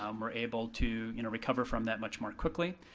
um we're able to you know recover from that much more quickly.